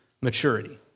maturity